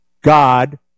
God